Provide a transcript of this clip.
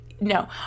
No